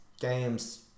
games